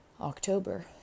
October